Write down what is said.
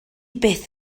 byth